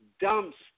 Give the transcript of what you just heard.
dumps